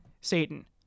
Satan